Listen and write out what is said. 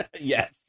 Yes